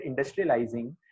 industrializing